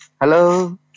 Hello